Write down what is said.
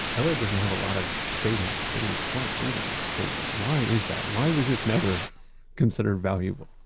la doesn't have a lot of shading in city parks either. so why is that? why was this never considered valuable?